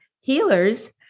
healers